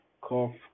cough